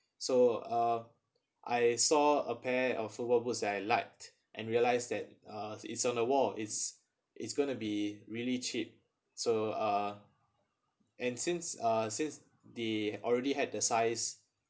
so uh I saw a pair of football boots that I liked and realise that uh it's on a wall it's it's gonna be really cheap so uh and since uh since they already had the size